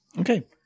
Okay